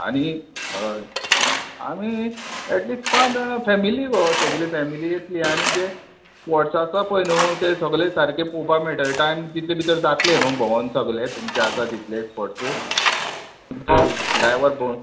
आनी हय आमी एटलिस्ट पांच जाणा फॅमिली गो सगली फॅमिली येतली आनी जे स्पोर्ट्सां आसा पय न्हू ते सगळे सारके पळोवपा मेळटले टायम तितले भितर जातले न्हू भोंवन सगले तुमचे आसा तितले स्पोर्टस तुमची ड्रायवर भोवन